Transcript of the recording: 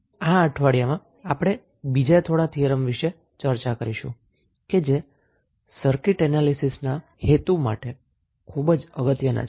આ અઠવાડિયામાં આપણે બીજાં થોડાં થીયરમ વિષે ચર્ચા કરીશું કે જે સર્કિટ એનાલીસીસના હેતુ માટે ખુબ જ અગત્યના છે